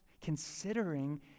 considering